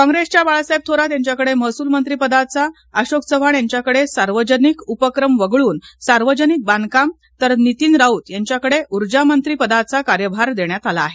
कॉप्रेसच्या बाळासाहेब थोरात यांच्याकडे महसूल मंत्री पदाचा अशोक चव्हाण यांच्याकडे सार्वजिक उपक्रम वगळून सार्वजनिक बाधकाम तर नितीन राऊत यांच्याकडे उर्जा मंत्रीपदाचा कार्यभार देण्यात आला आहे